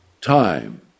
time